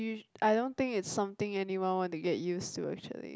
I don't think it's something anyone want to get used to actually